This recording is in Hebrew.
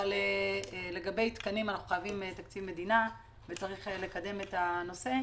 אבל לגבי תקנים אנחנו חייבים תקציב מדינה וצריך לקדם את הנושא.